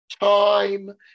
time